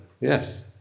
Yes